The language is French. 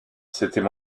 c’était